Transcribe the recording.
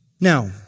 Now